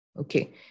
Okay